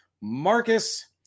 Marcus